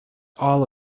all